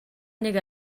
нэг